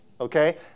okay